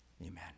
Amen